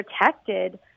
protected